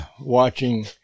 watching